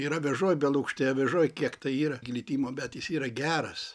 ir avižoj belukštėj avižoj kiek tai yra glitimo bet jis yra geras